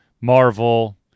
Marvel